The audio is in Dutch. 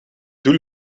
doel